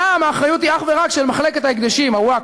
שם האחריות היא אך ורק של מחלקת ההקדשים, הווקף,